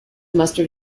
mustard